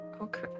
Okay